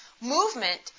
movement